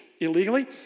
illegally